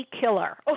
killer